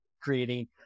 creating